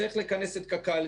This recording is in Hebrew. צריך לכנס את קק"ל,